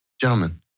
gentlemen